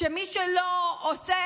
שמי שלא עושה,